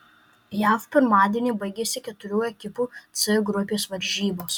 jav pirmadienį baigėsi keturių ekipų c grupės varžybos